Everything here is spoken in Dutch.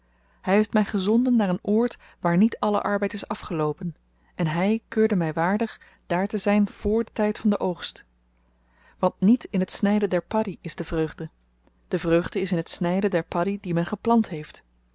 hy heeft my gezonden naar een oord waar niet alle arbeid is afgeloopen en hy keurde my waardig daar te zyn vr den tyd van den oogst want niet in het snyden der padie is de vreugde de vreugde is in het snyden der padie die men geplant heeft